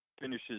finishes